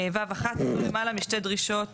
(ו1) ניתנו למעלה משתי דרישות